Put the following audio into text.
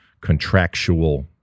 contractual